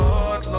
Lord